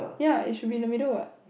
ya it should be in the middle what